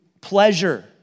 pleasure